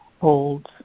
holds